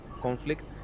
conflict